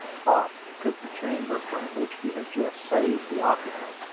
hop took the chamber from which he had just saved the occupant,